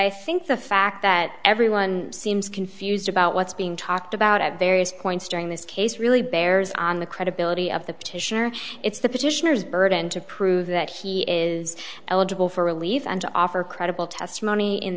i think the fact that everyone seems confused about what's being talked about at various points during this case really bears on the credibility of the petitioner it's the petitioners burden to prove that he is eligible for relief and to offer credible testimony in